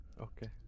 Okay